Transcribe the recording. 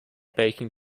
baking